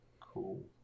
cool